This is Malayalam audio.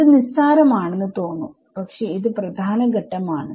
ഇത് നിസ്സാരം ആണെന്ന് തോന്നും പക്ഷെ ഇത് പ്രധാന ഘട്ടം ആണ്